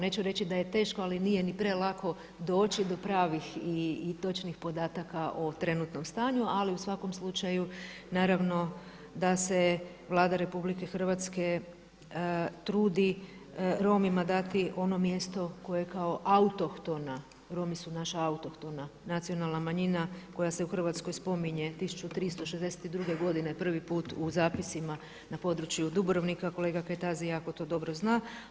Neću reći da je teško, ali nije ni prelako doći do točnih i pravih podataka o trenutnom stanju, ali u svakom slučaju naravno da se Vlada RH trudi Romima dati ono mjesto koje kao autohtona, Romi su naša autohtona nacionalna manjina koja se u Hrvatskoj spominje 1362. godine prvi put u zapisima na području Dubrovnika, kolega Kajtazi jako to dobro zna.